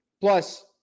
plus